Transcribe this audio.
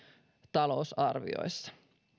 talousarvioissa